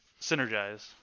synergize